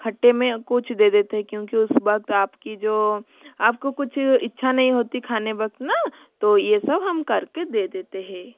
खट्टे में कुछ दे देते है क्योंकि उस वक्त आपकी जो आपको कुछ इच्छा नहीं होती खाने वक्त ना तो ये सब हम करके दे देते है